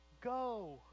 go